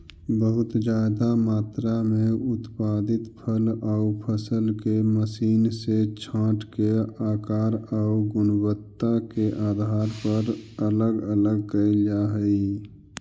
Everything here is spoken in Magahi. बहुत ज्यादा मात्रा में उत्पादित फल आउ फसल के मशीन से छाँटके आकार आउ गुणवत्ता के आधार पर अलग अलग कैल जा हई